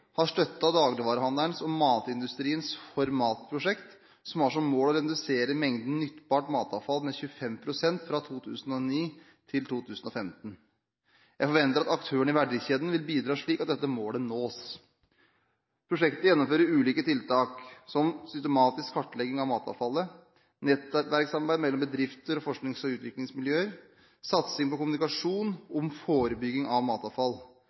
har støttet dagligvarehandelens og matindustriens ForMat-prosjekt, som har som mål å redusere mengden nyttbart matavfall med 25 pst. fra 2009 til 2015. Jeg forventer at aktørene i verdikjeden vil bidra slik at dette målet nås. Prosjektet gjennomfører ulike tiltak, som systematisk kartlegging av matavfallet, nettverkssamarbeid mellom bedrifter og forsknings- og utviklingsmiljøer og satsing på kommunikasjon om forebygging av matavfall.